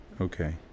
Okay